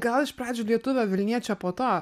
gal iš pradžių lietuvio vilniečio po to